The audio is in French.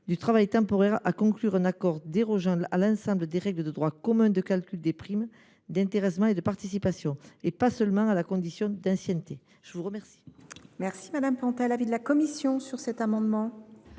du travail temporaire à conclure un accord dérogeant à l’ensemble des règles de droit commun de calcul des primes d’intéressement et de participation, et pas seulement à la condition d’ancienneté. Quel est l’avis de la commission ? Cet amendement